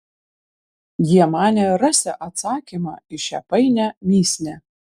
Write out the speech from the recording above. jie manė rasią atsakymą į šią painią mįslę